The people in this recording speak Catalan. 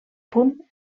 punt